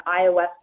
iOS